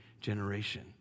generation